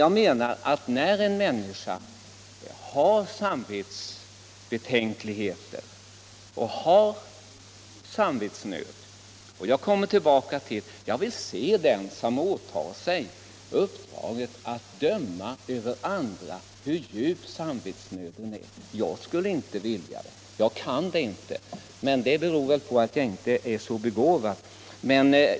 Jag skulle vilj se den människa som verkligen kan bedöma om en annan människa har samvetsnöd och hur djupt den sitter. Jag skulle varken kunna eller vilja göra försöket. Men det beror kanske på att jag inte är så begåvad.